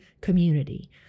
community